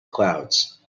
clouds